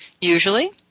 Usually